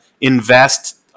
invest